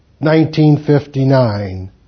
1959